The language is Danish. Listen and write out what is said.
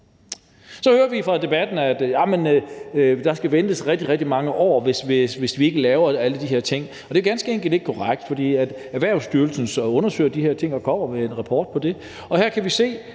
Så hører vi i debatten, at der skal ventes rigtig, rigtig mange år, hvis vi ikke laver alle de her ting, men det er ganske enkelt ikke korrekt. For Erhvervsstyrelsen undersøger de her ting og kommer med en rapport om det, og her kan vi se,